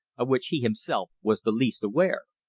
of which he himself was the least aware.